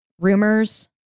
Rumors